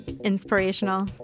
inspirational